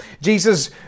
Jesus